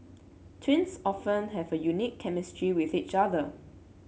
twins often have a unique chemistry with each other